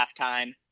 halftime